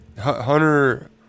Hunter